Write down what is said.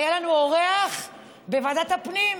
היום היה לנו אורח בוועדת הפנים,